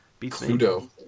Cluedo